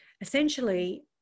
essentially